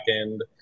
end